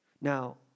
Now